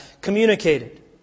communicated